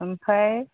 ओमफ्राय